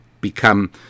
become